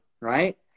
right